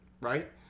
Right